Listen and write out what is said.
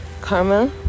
Karma